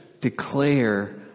declare